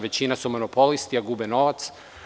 Većina su monopolisti, a gube novac.